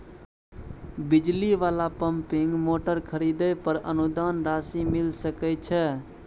बिजली वाला pumping motor खरीदे पर अनुदान राशि मिल सके छैय?